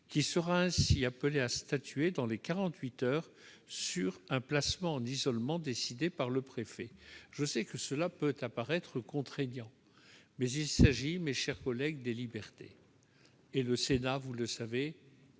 qui sera ainsi appelé à statuer dans les quarante-huit heures sur un placement en isolement décidé par le préfet. Je sais que cela peut apparaître contraignant, mais il s'agit, mes chers collègues, des libertés, et le Sénat, vous le savez,